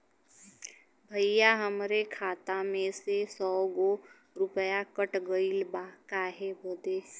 भईया हमरे खाता में से सौ गो रूपया कट गईल बा काहे बदे?